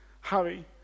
Harry